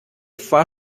war